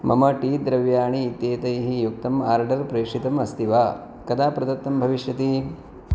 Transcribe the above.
मम टि द्रव्याणि इत्येतैः युक्तम् आर्डर् प्रेषितम् अस्ति वा कदा प्रदत्तं भविष्यति